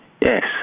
Yes